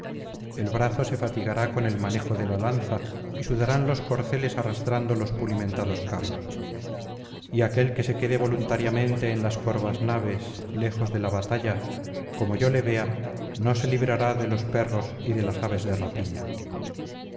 el brazo se fatigará con el manejo de la lanza y sudarán los corceles arrastrando los pulimentados carros y aquel que se quede voluntariamente en las corvas naves lejos de la batalla como yo le vea no se librará de los perros y de las aves de rapiña